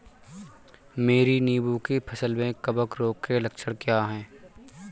मेरी नींबू की फसल में कवक रोग के लक्षण क्या है?